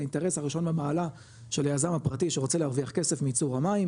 זה אינטרס הראשון במעלה של היזם הפרטי שרוצה להרוויח כסף מייצור המים,